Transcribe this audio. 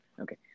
Okay